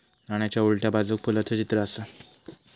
नाण्याच्या उलट्या बाजूक फुलाचा चित्र आसा